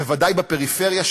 בוודאי בפריפריה,